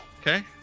Okay